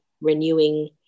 renewing